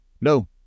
No